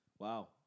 Wow